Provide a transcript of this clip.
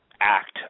act